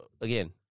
again